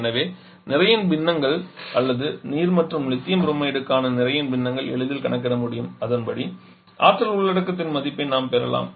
எனவே நிறையின் பின்னங்கள் அல்லது நீர் மற்றும் லித்தியம் புரோமைடுக்கான நிறையின் பின்னங்களை எளிதில் கணக்கிட முடியும் அதன்படி ஆற்றல் உள்ளடக்கத்தின் மதிப்பை நாம் பெறலாம்